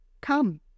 Come